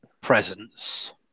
presence